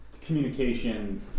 communication